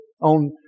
on